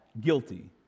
guilty